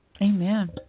Amen